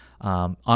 on